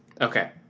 Okay